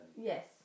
Yes